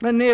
härvidlag.